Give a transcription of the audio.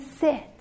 sit